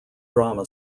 drama